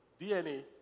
DNA